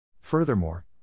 Furthermore